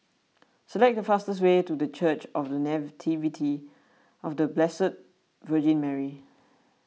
select the fastest way to the Church of the Nativity of the Blessed Virgin Mary